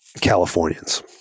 Californians